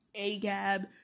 AGAB